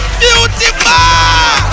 beautiful